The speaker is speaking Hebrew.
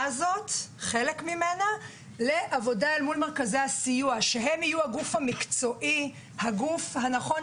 הזאת לעבודה עם מרכזי סיוע שהם יהיו הגוף המקצועי הנכון